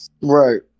Right